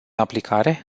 aplicare